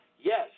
yes